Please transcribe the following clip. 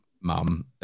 mum